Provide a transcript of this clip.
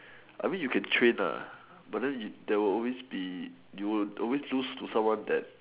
I mean you can train but then that will always be you will always lose to someone that